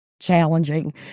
challenging